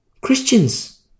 Christians